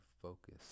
focus